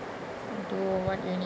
what you need